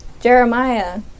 Jeremiah